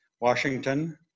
Washington